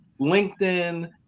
LinkedIn